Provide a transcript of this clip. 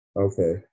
Okay